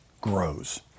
grows